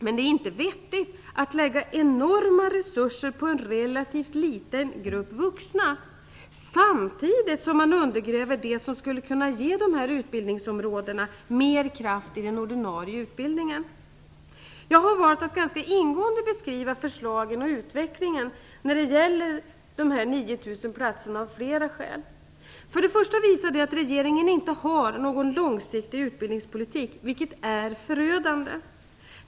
Men det är inte vettigt att lägga enorma resurser på en relativt liten grupp vuxna, samtidigt som man undergäver det som skulle kunna ge dessa utbildningsområden mer kraft i den ordinarie utbildningen. Jag har valt att ganska ingående beskriva förslagen och utvecklingen när det gäller de 9 000 platserna av flera skäl. För det första visar det att regeringen inte har någon långsiktig utbildningspolitik, vilket är förödande.